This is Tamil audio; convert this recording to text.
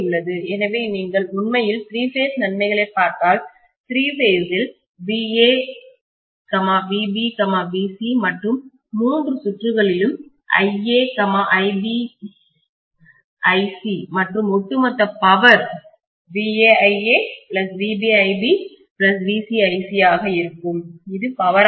எனவே நீங்கள் உண்மையில் திரி பேஸ் நன்மைகளைப் பார்த்தால் திரி பேஸ் இல் vavbvc மற்றும் மூன்று சுற்றுகளிலும் iaibic மற்றும் ஒட்டுமொத்த பவர் vaiavbibvcic ஆக இருக்கும் இது பவராக இருக்கும்